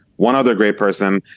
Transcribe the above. one other great person.